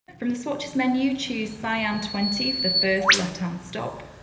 from the swatch's menu, choose cyan twenty for the first left-hand stop,